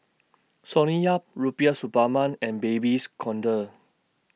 Sonny Yap Rubiah Suparman and Babes Conde